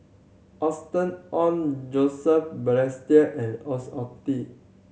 Austen Ong Joseph Balestier and